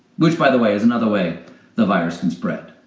which, by the way, is another way the virus can spread.